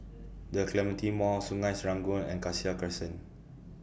The Clementi Mall Sungei Serangoon and Cassia Crescent